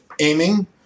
aiming